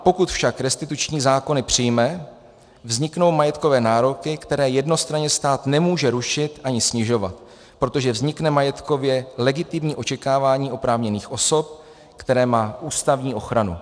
Pokud však restituční zákony přijme, vzniknou majetkové nároky, které jednostranně stát nemůže rušit ani snižovat, protože vznikne majetkově legitimní očekávání oprávněných osob, které má ústavní ochranu.